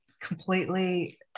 completely